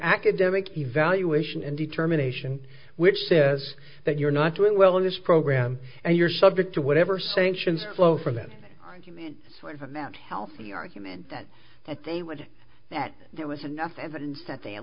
academic evaluation and determination which says that you're not doing well in this program and you're subject to whatever sanctions flow from that argument sort of amount healthy argument that that they would that there was enough evidence that they at